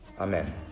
Amen